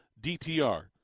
DTR